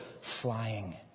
flying